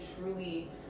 truly